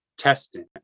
testing